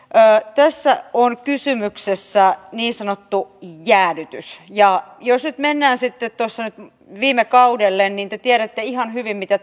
tässä on kysymyksessä niin sanottu jäädytys ja jos nyt mennään sitten tuolle viime kaudelle niin te tiedätte ihan hyvin mitä